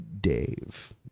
Dave